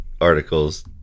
articles